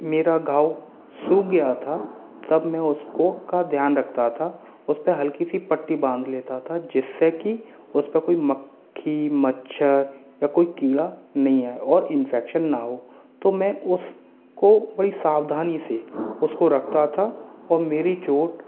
मेरा घाव सूख गया था तब मैं उसको का ध्यान रखता था उस पर हल्की सी पट्टी बाँध लेता था जिससे कि उस पर कोई मक्खी मच्छर या कोई कीड़ा नहीं आए और इन्फेक्शन ना हो तो मैं उसको बड़ी सावधानी से उसको रखता था और मेरी चोट